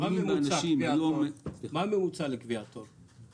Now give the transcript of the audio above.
מה הממוצע לקביעת תור?